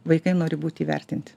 vaikai nori būti įvertinti